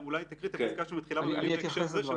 אולי תקריא את הפסקה שמתחילה במילים בהקשר זה,